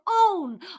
own